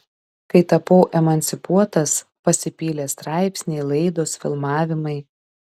kai tapau emancipuotas pasipylė straipsniai laidos filmavimai